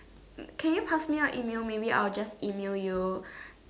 can you pass me out email maybe I will just email you